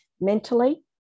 mentally